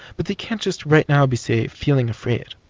but they can't just right now be, say, feeling afraid.